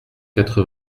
quatre